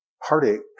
heartache